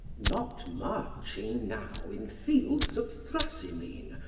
not marching now in fields of thrasymene,